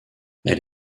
elle